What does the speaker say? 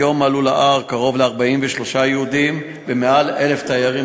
היום עלו להר קרוב ל-43 יהודים ומעל ל-1,000 תיירים,